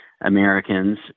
Americans